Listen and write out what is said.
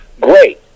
great